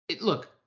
Look